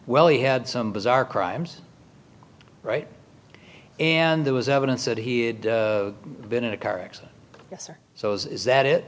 well he had some bizarre crimes right and there was evidence that he had been in a car accident yes or so is that it